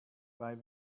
bei